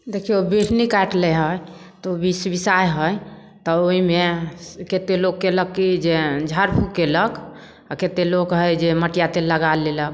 देखिऔ बिढ़नी काटले हइ तऽ ओ बिसबिसाइ हइ तऽ ओहिमे कतेक लोक कएलक कि जे झाड़ फूँक कएलक आओर कतेक लोक हइ जे मटिआ तेल लगा लेलक